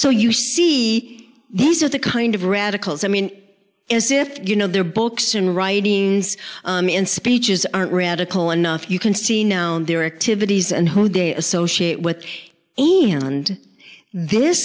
so you see these are the kind of radicals i mean as if you know their books and writings and speeches aren't radical enough you can see now on their activities and who they associate with any and this